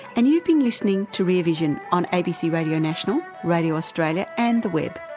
and you've been listening to rear vision on abc radio national, radio australia and the web,